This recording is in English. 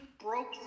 Broke